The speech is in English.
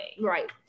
Right